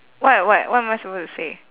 what what what am I supposed to say